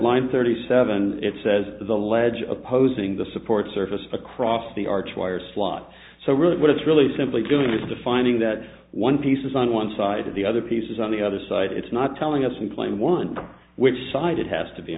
line thirty seven it says the ledge opposing the support surface across the arch wire slot so really what it's really simply doing is defining that one piece is on one side of the other pieces on the other side it's not telling us when playing one which side it has to be